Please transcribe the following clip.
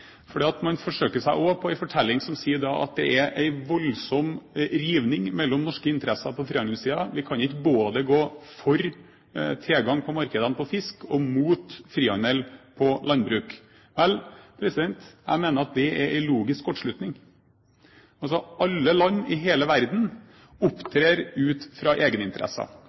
dette med frihandel. Man forsøker seg også på en fortelling som sier at det er en voldsom rivning mellom norske interesser på frihandelssiden. Vi kan ikke gå både for tilgang til markedene for fisk og mot frihandel for landbruk. Vel, jeg mener at det er en logisk kortslutning. Alle land i hele verden opptrer ut fra